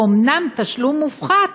אומנם תשלום מופחת,